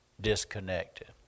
disconnected